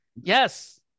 Yes